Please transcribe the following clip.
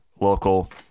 local